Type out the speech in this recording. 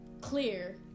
clear